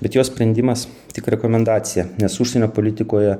bet jo sprendimas tik rekomendacija nes užsienio politikoje